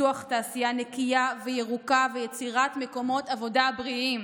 לפיתוח תעשייה נקייה וירוקה ויצירת מקומות עבודה בריאים,